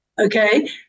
okay